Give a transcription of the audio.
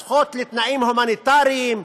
הזכות לתנאים הומניטריים,